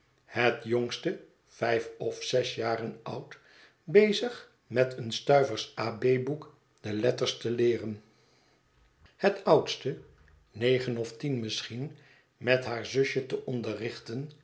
het jongste vijf of zes jaren oud bezig met uit een stuivers a b boek de letters te leeren het oudste negen of tien misschien met haar zusje te